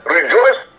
Rejoice